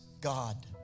God